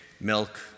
milk